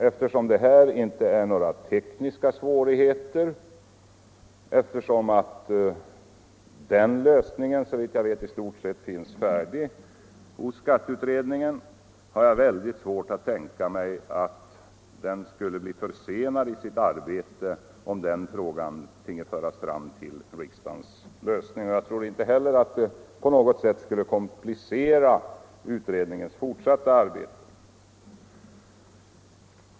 Eftersom det här inte möter några tekniska svårigheter och eftersom lösningen såvitt jag vet i stort sett finns färdig hos skatteutredningen har jag väldigt svårt att tänka mig att utredningen skulle bli försenad i sitt arbete, om den frågan finge föras fram till riksdagen. Jag tror inte heller att det på något sätt skulle komplicera utredningens fortsatta arbete.